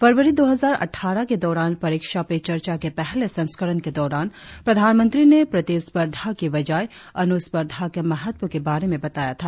फरवरी दो हजार अट्ठारह के दौरान परीक्षा पे चर्चा के पहले संस्करण के दौरान प्रधानमंत्री ने प्रतिस्पर्धा की बजाय अनुस्पर्धा के महत्व के बारे में बताया था